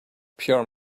pure